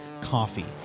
coffee